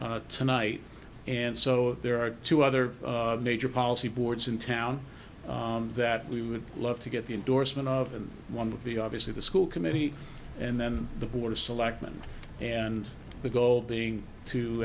tonight and so there are two other major policy boards in town that we would love to get the endorsement of and one would be obviously the school committee and then the board of selectmen and the goal being to